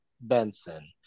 Benson